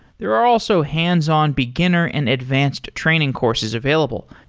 there are also hands-on beginner and advanced training courses available,